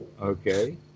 okay